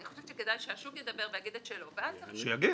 אני חושבת שכדאי שהשוק ידבר ויגיד את שלו.